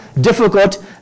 difficult